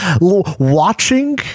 Watching